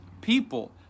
People